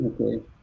okay